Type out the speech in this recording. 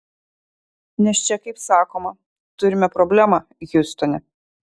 nes čia kaip sakoma turime problemą hiustone